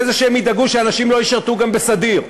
זה שהם ידאגו שאנשים לא ישרתו גם בסדיר.